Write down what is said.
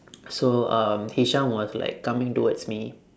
so um hisham was like coming towards me